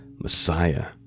Messiah